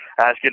asking